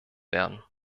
werden